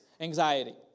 anxiety